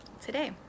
today